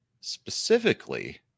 Specifically